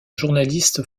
journaliste